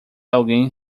alguém